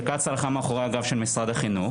שקצא"א הלכה מאחורי הגב של משרד החינוך?